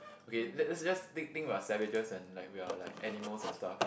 okay let let's just think think about salvages and like we're like animals and stuff